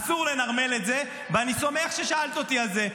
אסור לנרמל את זה, ואני שמח ששאלת אותי על זה.